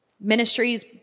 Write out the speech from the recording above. ministries